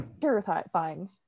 terrifying